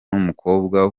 umukobwa